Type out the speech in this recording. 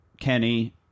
Kenny